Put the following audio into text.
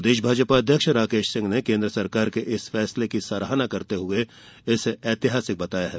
प्रदेश भाजपा अध्यक्ष राकेश सिंह ने केन्द्र सरकार के इस फैसले की सराहना करते हुए इसे ऐतिहासिक बताया है